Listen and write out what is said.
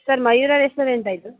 sir Mayura ರೆಸ್ಟೋರೆಂಟಾ ಇದು